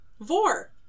Vor